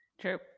True